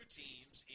teams